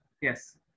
Yes